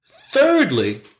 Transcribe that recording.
Thirdly